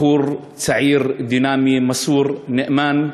בחור צעיר, דינמי, מסור, נאמן,